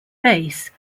bass